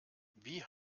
wie